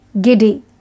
giddy